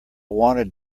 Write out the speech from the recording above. wanted